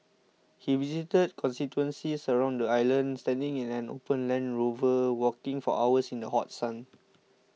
he visited constituencies around the island standing in an open Land Rover walking for hours in the hot sun